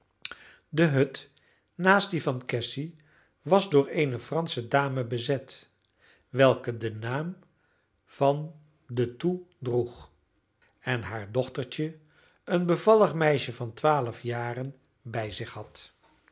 de hut naast die van cassy was door eene fransche dame bezet welke den naam van de thoux droeg en haar dochtertje een bevallig meisje van twaalf jaren bij zich had